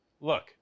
Look